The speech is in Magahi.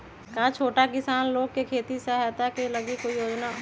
का छोटा किसान लोग के खेती सहायता के लगी कोई योजना भी हई?